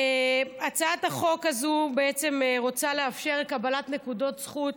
הצעת החוק הזו רוצה לאפשר קבלת נקודות זכות